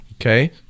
okay